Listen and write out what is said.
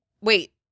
Wait